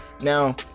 Now